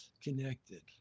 connected